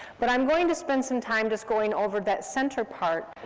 but i'm going to spend some time just going over that center part,